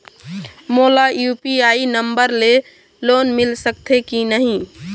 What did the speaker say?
मोला UPI number ले loan मिल सकथे कि नहीं?